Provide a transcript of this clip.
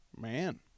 Man